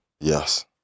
Yes